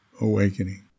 awakening